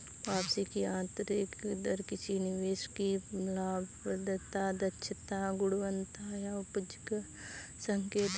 वापसी की आंतरिक दर किसी निवेश की लाभप्रदता, दक्षता, गुणवत्ता या उपज का संकेत है